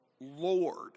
Lord